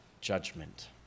judgment